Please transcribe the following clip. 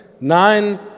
nine